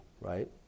right